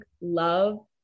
love